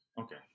Okay